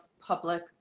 public